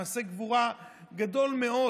מעשה גבורה גדול מאוד.